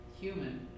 human